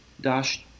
Dash